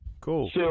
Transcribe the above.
Cool